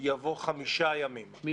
יבוא: "על ידי וועדת החוץ והביטחון של הכנסת".